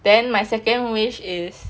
then my second wish is